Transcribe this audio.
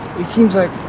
it seems like